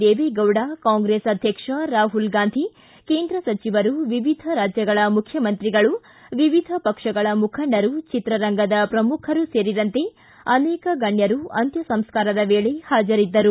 Deve Gowda Congress ಅಧ್ಯಕ್ಷ ರಾಹುಲ್ ಗಾಂಧಿ ಕೇಂದ್ರ ಸಚಿವರು ವಿವಿಧ ರಾಜ್ಜಗಳ ಮುಖ್ಯಮಂತ್ರಿಗಳು ವಿವಿಧ ಪಕ್ಷಗಳ ಮುಖಂಡರು ಚಿತ್ರರಂಗದ ಪ್ರಮುಖರು ಸೇರಿದಂತೆ ಅನೇಕ ಗಣ್ಣರು ಅಂತ್ಯ ಸಂಸ್ಕಾರದ ವೇಳೆ ಹಾಜರಿದ್ದರು